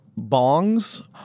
Bongs